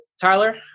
Tyler